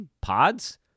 Pods